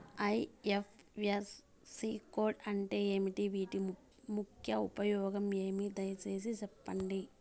IFSC code అంటే ఏమి? వీటి ముఖ్య ఉపయోగం ఏమి? దయసేసి సెప్పండి?